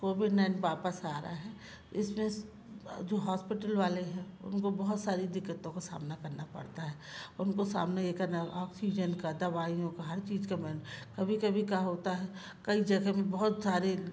Covid nine वापस आ रहा है इसमें जो हॉस्पिटल वाले हैं उनको बहुत सारी दिक़्क़तों का सामना करना पड़ता है उनको सामने ये करना ऑक्सीजन का दवाइयों का हर चीज़ का बन कभी कभी का होता है कई जगह में बहुत सारे